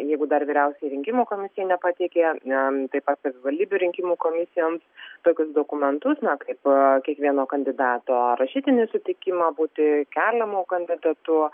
jeigu dar vyriausiojai rinkimų komisijai nepateikė na taip pat savivaldybių rinkimų komisijoms tokius dokumentus na kaip o kiekvieno kandidato rašytinį sutikimą būti keliamu kandidatu